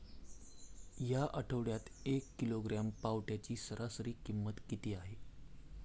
या आठवड्यात एक किलोग्रॅम पावट्याची सरासरी किंमत किती आहे?